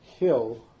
hill